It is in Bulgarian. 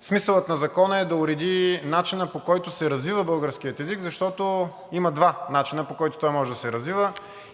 Смисълът на Закона е да се уреди начинът, по който се развива българският език, защото има два начина, по които той може да се развива,